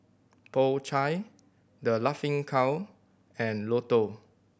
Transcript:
Po Chai The Laughing Cow and Lotto